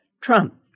Trump